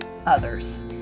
others